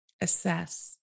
assess